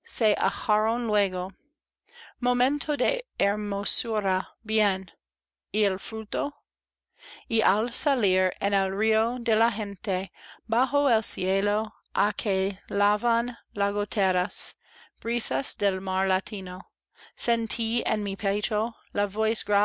luego momento de hermosura bien y el fruto y al salir en el río de la gente bajo el cielo á que lavan lagoteras brisas del mar latino sentí en mi